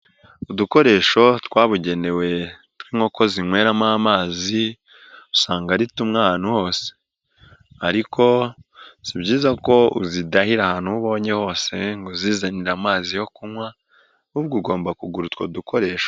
Udukoresho twabugenewe tw'inkoko zinyweramo amazi usanga ari tumwe ahantu hose ariko si byiza ko uzidahira ahantu ho ubonye hose ngo uzizanire amazi yo kunywa ahubwo ugomba kugura utwo dukoresho.